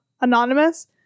anonymous